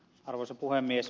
arvoisa puhemies